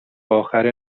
آخر